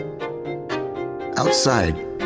Outside